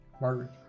Margaret